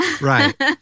right